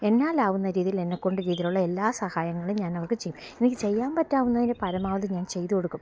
എന്നാൽ ആവുന്ന രീതിയിൽ എന്നേക്കൊണ്ട് രീതിയിലുള്ള എല്ലാ സഹായങ്ങളും ഞാൻ അവർക്ക് ചെയ്യും എനിക്ക് ചെയ്യാൻ പറ്റാവുന്നതിന് പരമാവധി ഞാൻ ചെയ്ത് കൊടുക്കും